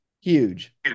Huge